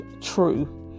true